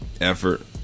Effort